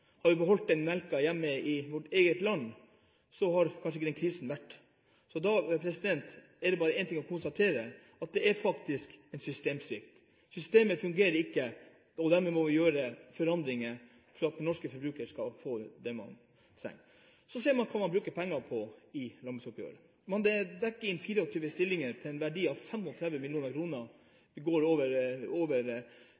har hatt smørkrise, ribbekrise og pinnekjøttkrise. Samtidig blir 10 pst. av all melken vår eksportert til Jarlsbergost. Hadde vi beholdt den melken hjemme i vårt eget land, hadde det kanskje ikke vært noen smørkrise. Da er det bare én ting å konstatere – at det er en systemsvikt. Systemet fungerer ikke, og dermed må vi gjøre forandringer for at de norske forbrukerne skal få det de trenger. Så ser man hva man bruker penger på i landbruksoppgjøret. Det dekker inn 24 stillinger til en verdi